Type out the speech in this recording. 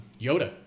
Yoda